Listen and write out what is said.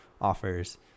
offers